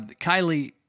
Kylie